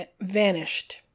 vanished